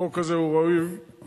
החוק הזה הוא ראוי וטוב.